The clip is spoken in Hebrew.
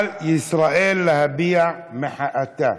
על ישראל להביע מחאתה.